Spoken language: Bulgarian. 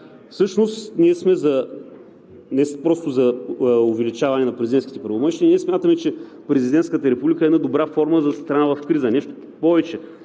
Всъщност ние сме не просто за увеличаване на президентските правомощия. Ние смятаме, че президентската република е една добра форма за страна в криза. Нещо повече